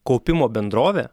kaupimo bendrovė